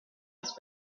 its